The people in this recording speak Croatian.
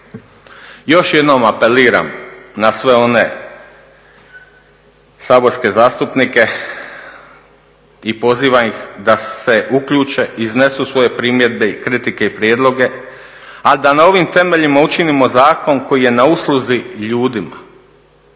Još jednom apeliram na sve one saborske zastupnike i pozivam ih da se uključe, iznesu svoje primjedbe i kritike i prijedloge, a da na ovim temeljima učinimo zakonom koji je na usluzi ljudima